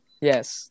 Yes